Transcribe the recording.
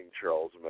Charles